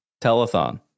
telethon